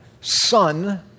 Son